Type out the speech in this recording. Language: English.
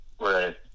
Right